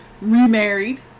remarried